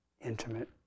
intimate